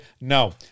no